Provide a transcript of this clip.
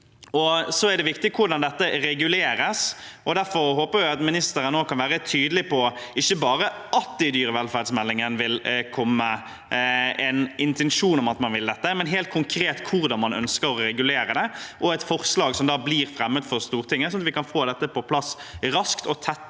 Så er det viktig hvordan dette reguleres. Derfor håper jeg at ministeren nå kan være tydelig på ikke bare at det i dyrevelferdsmeldingen vil komme en intensjon om at man vil dette, men helt konkret hvordan man ønsker å regulere det, og at et forslag blir fremmet for Stortinget, sånn at vi kan få dette på plass raskt og tette